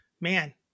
Man